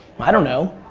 i don't know.